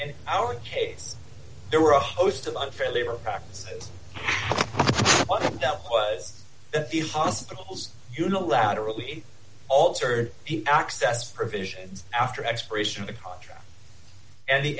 and our case there were a host of unfair labor practices that was the hospital's unilaterally altered access provisions after expiration of a contract and the